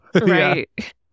Right